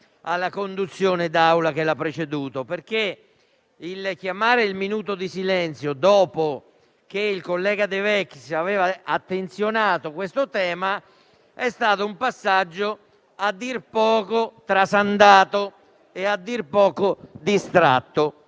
alla conduzione d'Aula che l'ha preceduta, perché chiedere il minuto di silenzio dopo che il collega De Vecchis aveva attenzionato questo tema è stato un passaggio a dir poco trasandato e distratto.